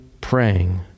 praying